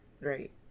Right